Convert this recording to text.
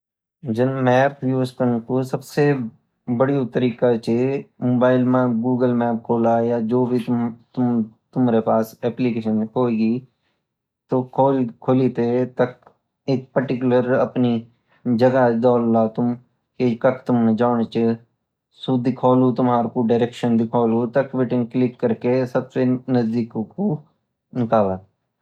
जन map use करने को सबसे बढ़िया तरीका ची मोबाइल माँ गूगल मैप लखोला या जो भी तुम्हारे पास अप्लीकेशन होली तो खोली ते ताख पर्टिकुलर अपनी जगह डोला तुम की कख तुम्हे जोनूची सु दिखोलू टमको डायरेक्शन तक बीतीं क्लिक करके सबसे नज़दीककु निकला